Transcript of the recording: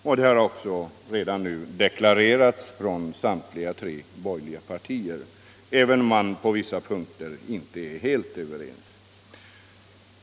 Och detta har redan nu deklarerats från samtliga tre borgerliga partier — även om de på vissa punkter inte är helt överens.